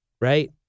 right